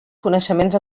coneixements